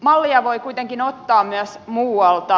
mallia voi kuitenkin ottaa myös muualta